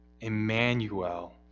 Emmanuel